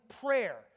prayer